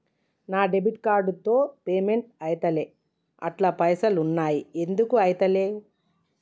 నా debit card తో payment ఐతలేవ్ అండ్ల పైసల్ ఉన్నయి ఎందుకు ఐతలేవ్?